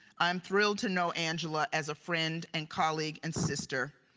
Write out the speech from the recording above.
i'm thrilled to know angela as a friend and colleague and sister.